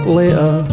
later